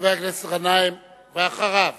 חבר הכנסת גנאים, אחריו,